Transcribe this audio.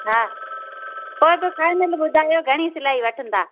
हा पो तव्हां फाइनल ॿुधायो घणी सिलाई वठंदा